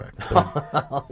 correct